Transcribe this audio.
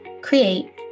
create